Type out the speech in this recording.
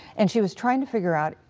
and she was trying to figure out,